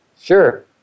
Sure